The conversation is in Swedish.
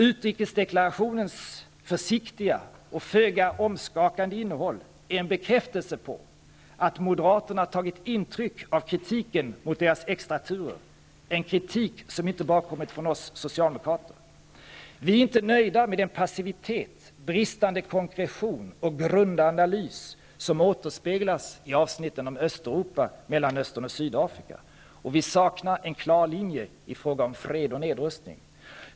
Utrikesdeklarationens försiktiga och föga omskakande innehåll är en bekräftelse på att moderaterna tagit intryck av kritiken mot deras extraturer, en kritik som inte bara kommit från oss socialdemokrater. Vi är inte nöjda med den passivitet, bristande konkretion och grunda analys som återspeglas i avsnitten om Östeuropa, Mellanöstern och Vi saknar en klar svensk linje i fråga om fred och nedrustning.